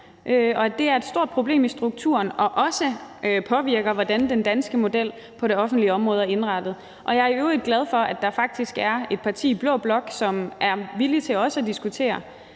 det er et stort problem i strukturen, og at det også påvirker, hvordan den danske model på det offentlige område er indrettet. Og jeg er i øvrigt glad for, at der faktisk er et parti i blå blok, som er villig til også at diskutere,